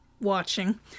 watching